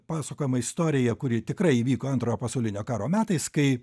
pasakojama istorija kuri tikrai įvyko antrojo pasaulinio karo metais kai